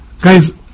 Guys